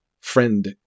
friend